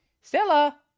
Stella